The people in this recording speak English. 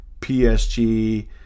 PSG